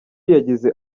yagize